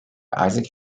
isaac